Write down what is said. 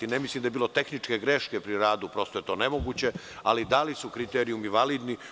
Ne mislim da je bilo tehničke greške pri radu, mislim da je to nemoguće, ali da li su kriterijumi validni.